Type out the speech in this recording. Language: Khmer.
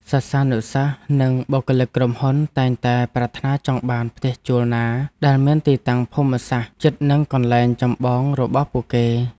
សិស្សានុសិស្សនិងបុគ្គលិកក្រុមហ៊ុនតែងតែប្រាថ្នាចង់បានផ្ទះជួលណាដែលមានទីតាំងភូមិសាស្ត្រជិតនឹងកន្លែងចម្បងរបស់ពួកគេ។